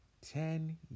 Ten